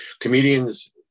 Comedians